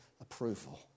approval